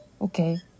Okay